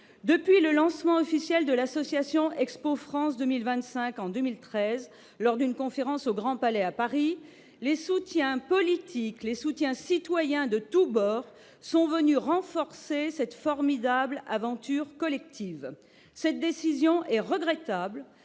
Depuis le lancement officiel de l'association Expo France 2025, en 2013, lors d'une conférence au Grand Palais, à Paris, les soutiens politiques, les soutiens citoyens de tous bords sont venus renforcer cette formidable aventure collective. Cette décision est regrettable